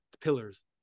pillars